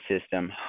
system